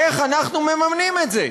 איך אנחנו מממנים את זה?